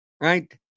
right